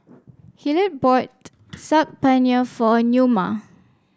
Hillard bought Saag Paneer for Neoma